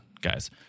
guys